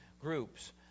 groups